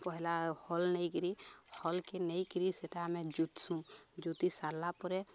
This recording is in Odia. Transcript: ପହିଲା ହଲ୍ ନେଇକିରି ହଲ୍କେ ନେଇକିରି ସେଟା ଆମେ ଜୁତସୁଁ ଜୁତି ସାରିଲା ପରେ